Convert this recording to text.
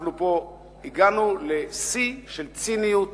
אנחנו הגענו פה לשיא של ציניות